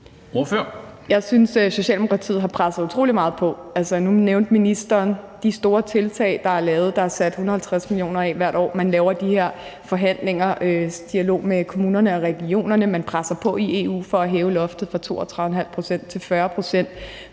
Jeg synes, Socialdemokratiet har presset utrolig meget på. Altså, nu nævnte ministeren de store tiltag, der er lavet, og der er sat 150 mio. kr. af hvert år, man laver de her forhandlinger i en dialog med kommunerne og regionerne, og man presser på i EU for at hæve loftet fra 32,5 pct. til 40